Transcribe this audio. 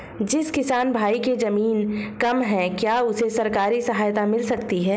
जिस किसान भाई के ज़मीन कम है क्या उसे सरकारी सहायता मिल सकती है?